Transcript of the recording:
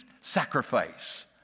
sacrifice